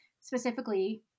specifically